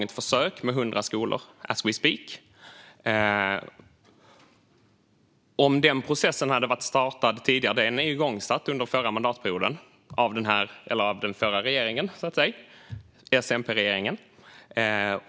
Ett försök med 100 skolor är igång just nu. Denna process sattes igång under den förra mandatperioden av den förra regeringen - S-MP-regeringen.